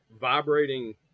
vibrating